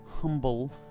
humble